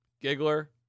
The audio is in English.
Giggler